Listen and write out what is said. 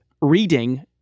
reading